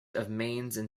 and